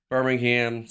Birmingham